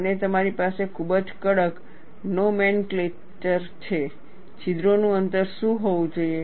અને તમારી પાસે ખૂબ જ કડક નોમેનકલેચર છે છિદ્રોનું અંતર શું હોવું જોઈએ